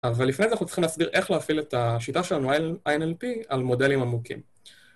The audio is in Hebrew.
אבל לפני זה אנחנו צריכים להסביר איך להפעיל את השיטה שלנו ה-NLP על מודלים עמוקים